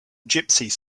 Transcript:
gypsies